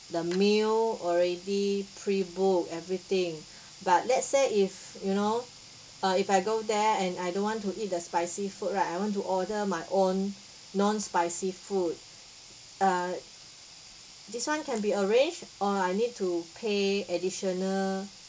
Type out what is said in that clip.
the meal already pre book everything but let's say if you know uh if I go there and I don't want to eat the spicy food right I want to order my own non spicy food uh this one can be arranged or I need to pay additional